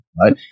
right